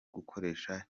gukoresha